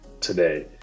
today